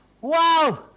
Wow